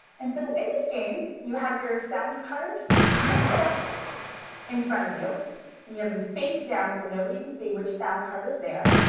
and so game you have your sound cards mixed up in front of you. and you have them face down so nobody can see which sound card is there.